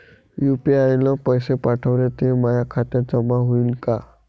UPI न पैसे पाठवले, ते माया खात्यात जमा होईन का?